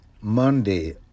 Monday